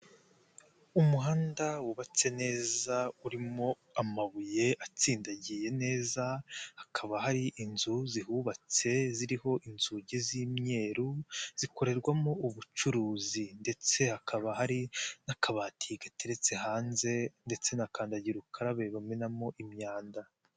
Umuhanda wubatse neza urimo amabuye atsindagiye neza, hakaba hari inzu zihubatse ziriho inzugi z'imyeru, zikorerwamo ubucuruzi ndetse hakaba hari n'akabati gateretse hanze ndetse nakandagira ukarabe bamenamo imyanda.